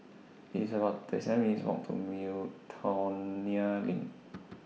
It's about thirty seven minutes' Walk to Miltonia LINK